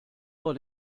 vor